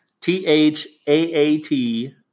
T-H-A-A-T